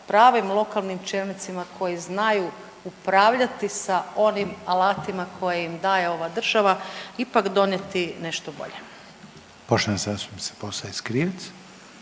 pravim lokalnim čelnicima koji znaju upravljati sa onim alatima koje im daje ova država ipak donijeti nešto bolje? **Reiner, Željko (HDZ)**